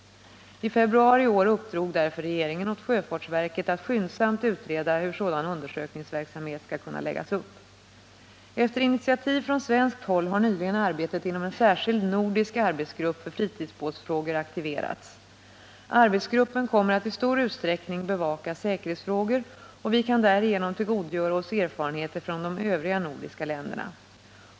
I februari i år uppdrog därför regeringen åt sjöfartsverket att skyndsamt utreda hur sådan undersökningsverksamhet skall kunna läggas upp. Efter initiativ från svenskt håll har nyligen arbetet inom en särskild nordisk arbetsgrupp för fritidsbåtsfrågor aktiverats. Arbetsgruppen kommer att i stor utsträckning bevaka säkerhetsfrågor, och vi kan därigenom tillgodogöra oss erfarenheter från de övriga nordiska länderna.